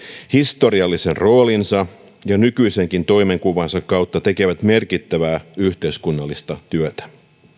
historiallisen roolinsa ja nykyisenkin toimenkuvansa kautta tekevät merkittävää yhteiskunnallista työtä